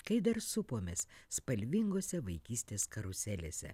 kai dar supomės spalvingose vaikystės karuselėse